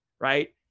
right